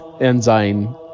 Enzyme